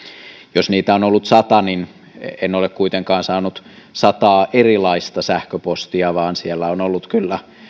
jos niitä on ollut sata niin en ole kuitenkaan saanut sataa erilaista sähköpostia vaan siellä on ollut kyllä